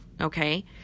Okay